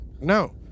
No